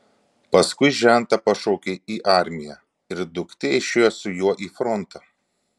paskui žentą pašaukė į armiją ir duktė išėjo su juo į frontą